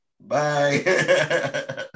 bye